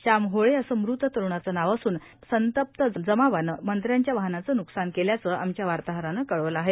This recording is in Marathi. श्याम होळे असं मृत तरुणाचं नाव असून संतप्त जमावानं मंत्र्यांच्या वाहनाचं नुकसान केल्याचं आमच्या वार्ताहरानं कळवलं आहे